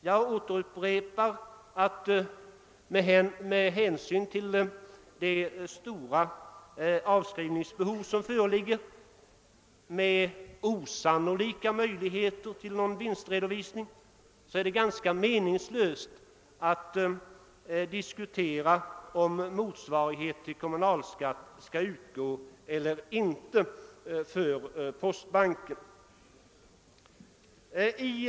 Jag upprepar att det med hänsyn till det stora avskrivningsbehovet och de små vinstmöjligheterna är ganska meningslöst att diskutera om motsvarighet till kommunalskatt bör utgå för postbankens del.